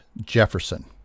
Jefferson